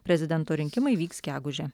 prezidento rinkimai vyks gegužę